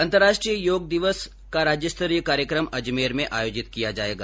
अंतर्राष्ट्रीय योग दिवस का राज्य स्तरीय कार्यक्रम अजमेर में आयोजित किया जाएगा